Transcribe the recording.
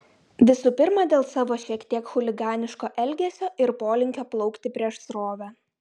visų pirma dėl savo šiek tiek chuliganiško elgesio ir polinkio plaukti prieš srovę